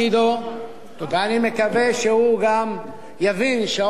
ואני מקווה שהוא גם יבין שעורף,